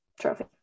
trophy